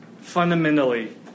fundamentally